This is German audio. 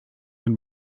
den